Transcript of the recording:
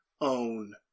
own